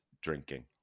drinking